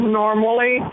normally